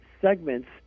segments